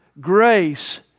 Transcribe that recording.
grace